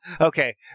Okay